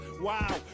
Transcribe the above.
Wow